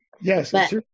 Yes